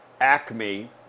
ACME